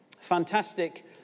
Fantastic